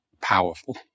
powerful